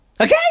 Okay